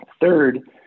Third